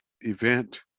event